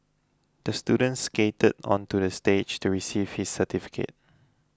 the student skated onto the stage to receive his certificate